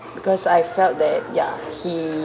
because I felt that ya he